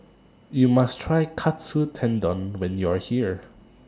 YOU must Try Katsu Tendon when YOU Are here